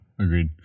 Agreed